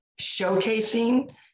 showcasing